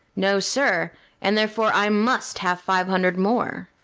no, sir and therefore i must have five hundred more.